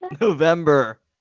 November